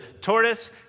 tortoise